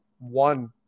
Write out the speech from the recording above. one